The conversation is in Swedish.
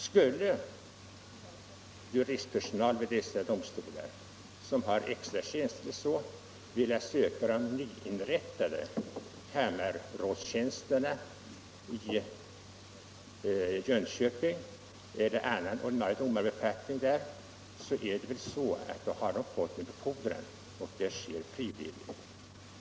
Skulle juristpersonal vid dessa domstolar som har extra tjänster vilja söka de nyinrättade kammarrättsrådstjänsterna i Jönköping eller annan ordinarie domarbefattning där, önskar de en befordran och förflyttningen sker då frivilligt.